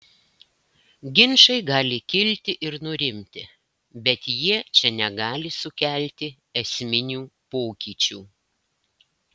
ginčai gali kilti ir nurimti bet jie čia negali sukelti esminių pokyčių